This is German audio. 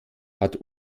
hat